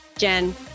Jen